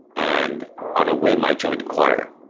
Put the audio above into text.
and on a whim, i joined choir.